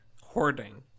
Hoarding